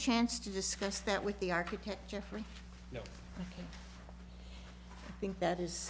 chance to discuss that with the architecture for you think that is